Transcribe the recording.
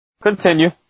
Continue